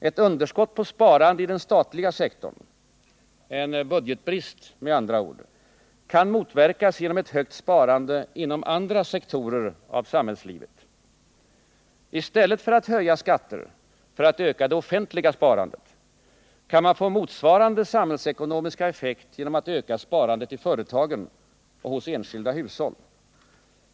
Ett underskott på sparande i den statliga sektorn — en budgetbrist med andra ord — kan motverkas genom ett högt sparande inom andra sektorer av samhällslivet. I stället för att höja skatter för att öka det offentliga sparandet, kan man få motsvarande samhällsekonomiska effekt genom att öka sparandet i företagen och hos enskilda hushåll.